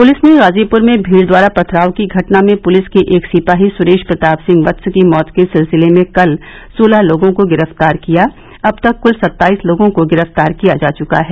police ने ग़ाज़ीपुर में भीड़ द्वारा पथराव की घटना में पुलिस के एक सिपाही सुरेश प्रताप सिंह वत्स की मौत के सिलसिले में कल सोलह लोगों को गिरफ्तार किया अब तक कल सत्ताईस लोगों को गिरफ्तार किया जा चुका है